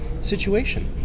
situation